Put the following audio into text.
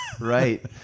right